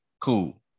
Cool